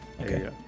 Okay